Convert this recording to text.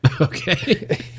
okay